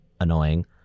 annoying